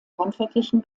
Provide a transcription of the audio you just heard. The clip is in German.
handwerklichen